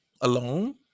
alone